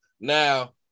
now